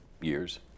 years